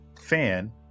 fan